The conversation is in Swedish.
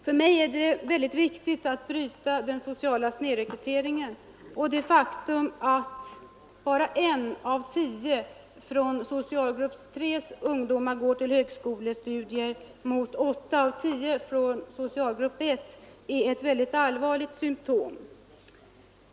För mig är det väldigt viktigt att bryta den sociala snedrekryteringen. Det faktum att bara en av tio ungdomar från socialgrupp 3 går till högskolestudier mot åtta av tio från socialgrupp 1 är ett mycket allvarligt symtom på den.